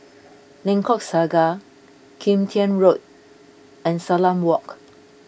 Lengkok Saga Kim Tian Road and Salam Walk